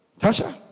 tasha